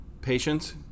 patience